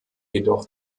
jedoch